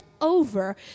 over